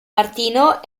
martino